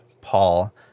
Paul